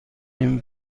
این